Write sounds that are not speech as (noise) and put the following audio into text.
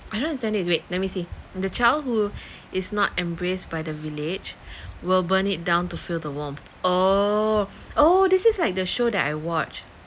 I don't understand it wait let me see the child who (breath) is not embraced by the village (breath) will burn it down to feel the warmth oh oh this is like the show that I watched